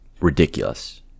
ridiculous